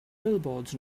billboards